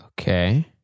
Okay